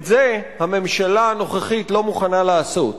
את זה הממשלה הנוכחית לא מוכנה לעשות.